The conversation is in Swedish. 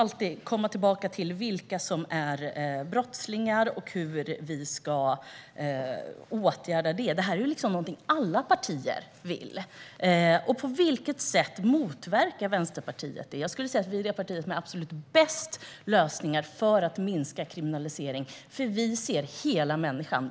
Adam Marttinen återkommer till vilka som är brottslingar och hur vi ska åtgärda kriminaliteten. Det vill ju alla partier. På vilket sätt motverkar Vänsterpartiet detta? Vi är nog det parti som har de absolut bästa lösningarna för att minska kriminalitet. Vi ser hela människan.